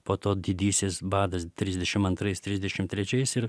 po to didysis badas trisdešim antrais trisdešim trečiais ir